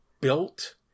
built